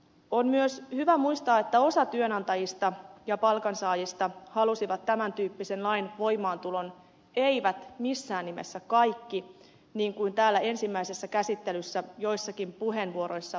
on myös hyvä muistaa että osa työnantajista ja palkansaajista halusi tämäntyyppisen lain voimaantulon eivät missään nimessä kaikki niin kuin täällä ensimmäisessä käsittelyssä joissakin puheenvuoroissa väitettiin